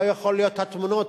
לא יכול להיות שהתמונות